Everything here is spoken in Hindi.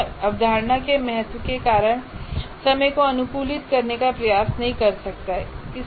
मैं अवधारणा के महत्व के कारण समय को अनुकूलित करने का प्रयास नहीं कर रहा हूं